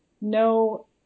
no